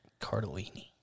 Cardellini